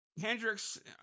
Hendrix